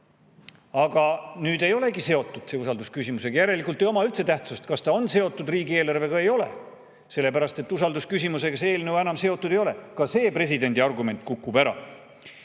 Aga nüüd ei olegi see seotud usaldusküsimusega, järelikult ei oma üldse tähtsust, kas see on seotud riigieelarvega või ei ole, sellepärast et usaldusküsimusega see eelnõu enam seotud ei ole. Ka see presidendi argument kukub ära.